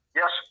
yes